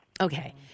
Okay